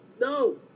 no